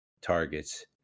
targets